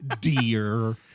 Dear